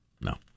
no